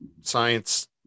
science